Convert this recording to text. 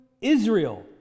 Israel